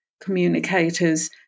communicators